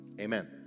Amen